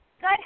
Good